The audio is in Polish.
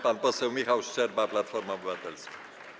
Pan poseł Michał Szczerba, Platforma Obywatelska.